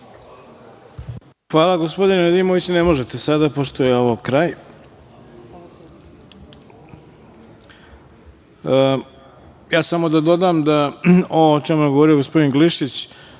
Zahvaljujem. Gospodine Nedimoviću, ne možete sada, pošto je ovo kraj. Ja samo da dodam da ovo o čemu je govorio gospodin Glišić,